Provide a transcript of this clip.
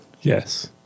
Yes